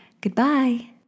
Goodbye